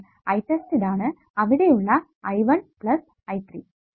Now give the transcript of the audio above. I test ഇതാണ് അവിടെയുള്ള I 3 I